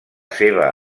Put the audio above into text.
seva